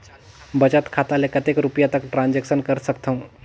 बचत खाता ले कतेक रुपिया तक ट्रांजेक्शन कर सकथव?